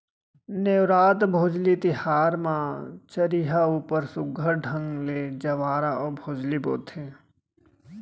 नेवरात, भोजली तिहार म चरिहा ऊपर सुग्घर ढंग ले जंवारा अउ भोजली बोथें